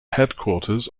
headquarters